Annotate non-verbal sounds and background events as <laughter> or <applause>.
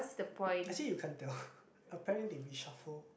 actually you can't tell <breath> apparently they reshuffle